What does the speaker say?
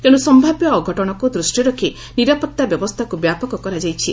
ତେଣୁ ସୟାବ୍ୟ ଅଘଟଣକୁ ଦୃଷ୍ଟିରେ ରଖି ନିରାପତ୍ତା ବ୍ୟବସ୍ଥାକୁ ବ୍ୟାପକ କରାଯାଇଛି